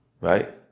Right